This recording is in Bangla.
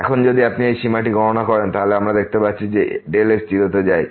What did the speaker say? এখন যদি আপনি এই সীমাটি গণনা করেন কারণ আমরা দেখতে পাচ্ছি x 0 তে যায়